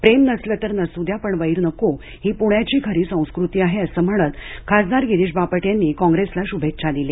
प्रेम नसलं तर नसू द्या पण वैर नको ही पुण्याची खरी संस्कृती आहे असं म्हणत खासदार गिरीश बापट यांनी काँग्रेसला श्भेच्छा दिल्या